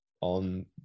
on